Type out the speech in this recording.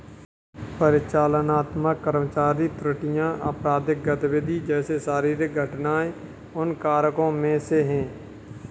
परिचालनात्मक कर्मचारी त्रुटियां, आपराधिक गतिविधि जैसे शारीरिक घटनाएं उन कारकों में से है